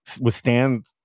withstand